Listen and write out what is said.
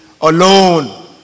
Alone